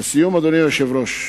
לסיום, אדוני היושב-ראש,